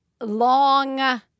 long